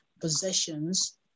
possessions